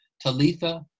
Talitha